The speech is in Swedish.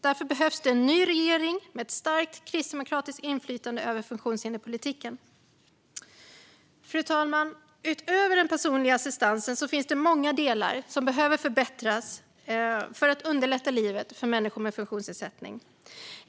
Därför behövs det en ny regering med ett starkt kristdemokratiskt inflytande över funktionshinderspolitiken. Fru talman! Utöver den personliga assistansen finns det många andra delar som behöver förbättras för att underlätta livet för människor med funktionsnedsättning.